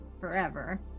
forever